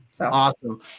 Awesome